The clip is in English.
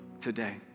today